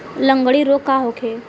लगंड़ी रोग का होखे?